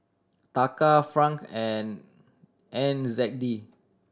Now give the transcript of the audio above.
taka franc and N Z D